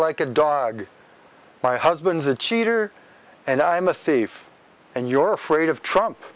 like a dog my husband's a cheater and i'm a thief and you're afraid of trump